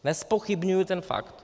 Nezpochybňuji ten fakt.